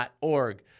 org